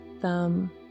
thumb